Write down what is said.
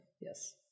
Yes